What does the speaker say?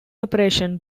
operation